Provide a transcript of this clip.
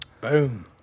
Boom